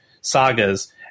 sagas